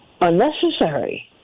unnecessary